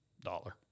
dollar